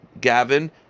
Gavin